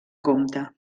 comte